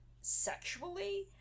sexually